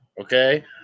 okay